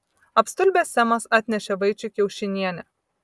apstulbęs semas atnešė vaičiui kiaušinienę